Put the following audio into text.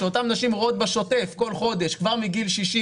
אותן נשים רואות יותר בשוטף כל חודש כבר מגיל 60,